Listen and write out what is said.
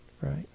right